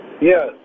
Yes